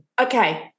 Okay